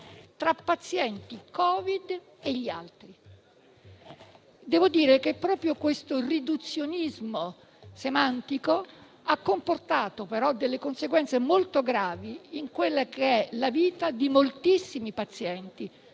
tra pazienti Covid e gli altri. Devo dire che proprio questo riduzionismo semantico ha comportato, però, conseguenze molto gravi in quella che è la vita di moltissimi pazienti